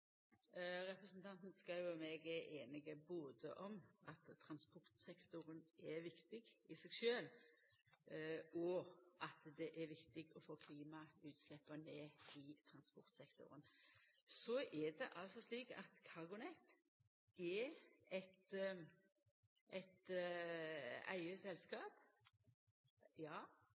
Representanten Schou og eg er einige både om at transportsektoren er viktig i seg sjølv, og at det er viktig å få ned klimautsleppa i transportsektoren. Så er det altså slik at CargoNet er eit eige selskap